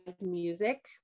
music